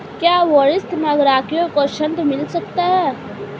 क्या वरिष्ठ नागरिकों को ऋण मिल सकता है?